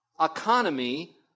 economy